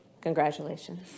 Congratulations